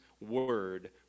word